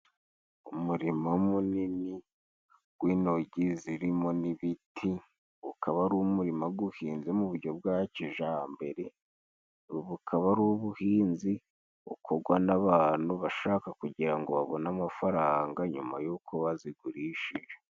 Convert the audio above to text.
Umurima munini w'intoryi zirimo n'ibiti, ukaba ari umurima uhinze mu buryo bwa kijyambere, ubu bukaba ari ubuhinzi bukorwa n'abantu bashaka kugira ngo babone amafaranga nyuma y'uko bazigurishije.